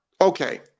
Okay